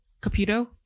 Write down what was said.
Capito